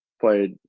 played